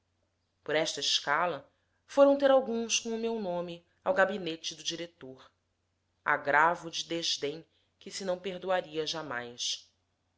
por esta escala foram ter alguns com o meu nome ao gabinete do diretor agravo de desdém que se não perdoaria jamais